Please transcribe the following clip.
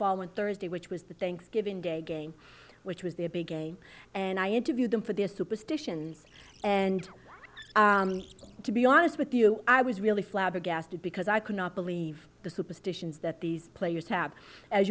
following thursday which was the thanksgiving day game which was their big game and i interviewed them for their superstition and to be honest with you i was really flabbergasted because i could not believe the superstitions that these players tab as